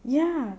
ya